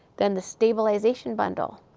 then the stabilization bundle.